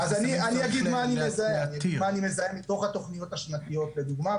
אני אגיד מה אני מזהה מתוך התכניות השנתיות לדוגמא,